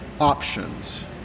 options